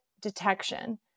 detection